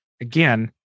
again